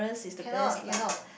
cannot cannot